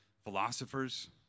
philosophers